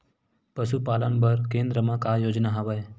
पशुपालन बर केन्द्र म का योजना हवे?